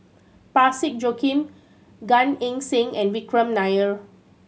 Parsick Joaquim Gan Eng Seng and Vikram Nair